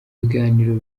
biganiro